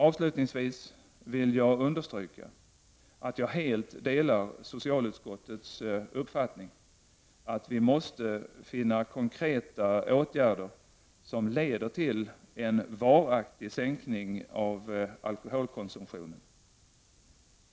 Avslutningsvis vill jag understryka att jag helt delar socialutskottets uppfattning att vi måste finna konkreta åtgärder som leder till en varaktig sänkning av alkoholkonsumtionen.